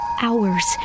hours